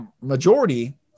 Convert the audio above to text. majority